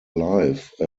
life